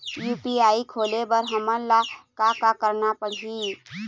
UPI खोले बर हमन ला का का करना पड़ही?